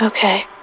Okay